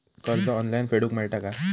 कर्ज ऑनलाइन फेडूक मेलता काय?